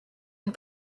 and